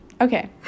Okay